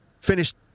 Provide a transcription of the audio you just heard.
finished